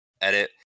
Edit